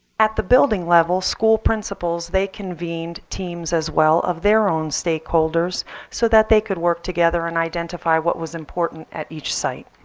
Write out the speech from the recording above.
at the building level, school principals they convened teams as well of their own stakeholders so that they could work together and identify what was important at each site.